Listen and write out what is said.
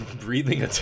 breathing